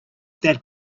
that